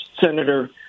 senator